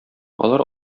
алар